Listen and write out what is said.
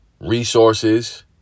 Resources